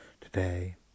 Today